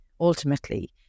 ultimately